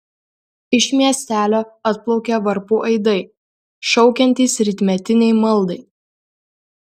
iš miestelio atplaukia varpų aidai šaukiantys rytmetinei maldai